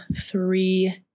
three